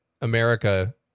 America